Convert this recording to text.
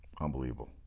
unbelievable